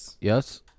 yes